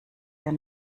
der